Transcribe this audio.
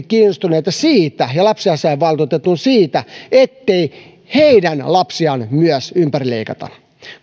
kiinnostuneita siitä ja lapsiasiainvaltuutetun ettei myös heidän lapsiaan ympärileikata